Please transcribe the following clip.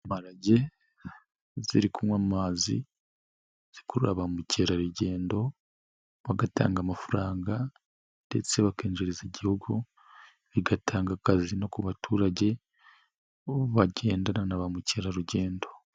Imparagi ziri kunywa amazi, zikurura ba mukerarugendo bagatanga amafaranga ndetse bakinjiriza igihugu, bigatanga akazi no ku baturage bagendana na ba mukerarugendo.